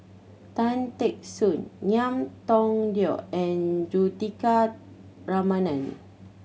Tan Teck Soon Ngiam Tong Dow and Juthika Ramanathan